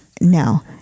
No